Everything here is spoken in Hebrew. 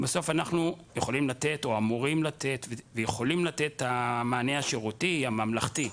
בסוף אנחנו יכולים או אמורים לתת ויכולים לתת את המענה השירותי הממלכתי,